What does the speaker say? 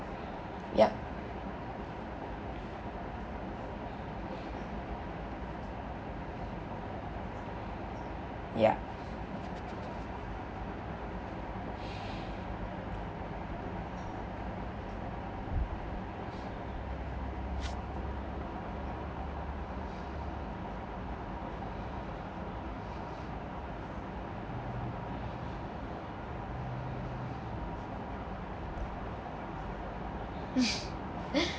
yup ya